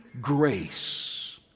grace